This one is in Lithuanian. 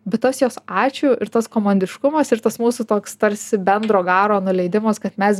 bet tas jos ačiū ir tas komandiškumas ir tas mūsų toks tarsi bendro garo nuleidimas kad mes